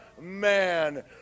man